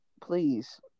Please